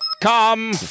Come